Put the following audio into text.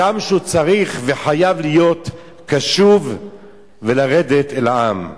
הגם שהוא צריך וחייב להיות קשוב ולרדת אל העם.